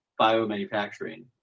biomanufacturing